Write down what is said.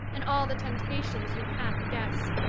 and all the temptations you half guess.